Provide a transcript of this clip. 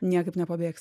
niekaip nepabėgs